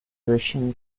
russian